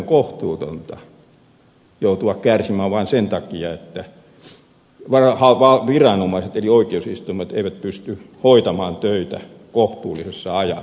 on kohtuutonta joutua kärsimään vain sen takia että viranomaiset eli oikeusistuimet eivät pysty hoitamaan töitään kohtuullisessa ajassa